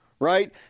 Right